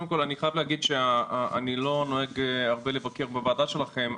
קודם כל אני חייב להגיד שאני לא נוהג הרבה לבקר בוועדה שלכם,